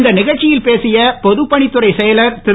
இந்த நிகழ்ச்சியில் பேசிய பொதுப்பணித்துறை செயலர் திரு